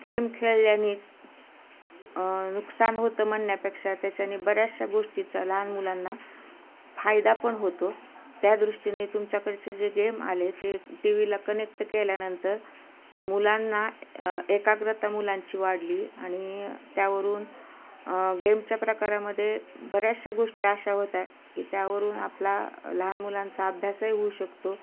game खेळल्याने नुकसान होतं म्हणण्या्पेक्षा त्याच्याने बऱ्याचशा गोष्टीचा लहान मुलांना फायदा पण होतो त्या दृष्टीने तुमच्याकडचे जे गेम आले ते टी व्ही ला कनेक्ट केल्यानंतर मुलांना एकाग्रता मुलांची वाढली आणि त्यावरून गेम चक्राकारामध्ये बऱ्याचशा गोष्टी अशा होत्या की त्यावरून आपला लहान मुलांचा अभ्यासही होऊ शकतो